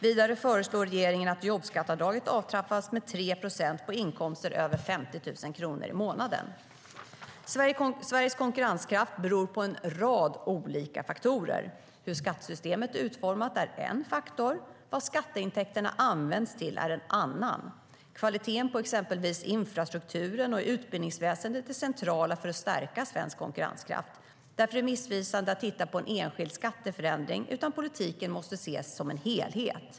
Vidare föreslår regeringen att jobbskatteavdraget avtrappas med 3 procent av inkomster över 50 000 kronor i månaden. Sveriges konkurrenskraft beror på en rad olika faktorer. Hur skattesystemet är utformat är en faktor. Vad skatteintäkterna används till är en annan. Kvaliteten på exempelvis infrastrukturen och utbildningsväsendet är central för att stärka svensk konkurrenskraft. Därför är det missvisande att titta på en enskild skatteförändring; politiken måste ses som en helhet.